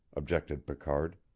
objected picard.